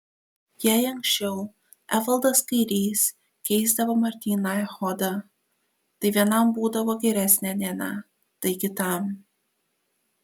jei anksčiau evaldas kairys keisdavo martyną echodą tai vienam būdavo geresnė diena tai kitam